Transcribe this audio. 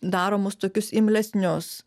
daro mus tokius imlesnius